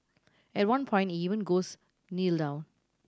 at one point he even goes Kneel down